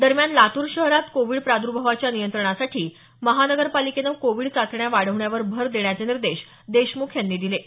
दरम्यान लातूर शहरात कोविड प्रादुर्भावाच्या नियंत्रणासाठी महापालिकेनं कोविड चाचण्या वाढवण्यावर भर देण्याचे निर्देश देशमुख यांनी दिले आहेत